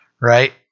right